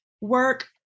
work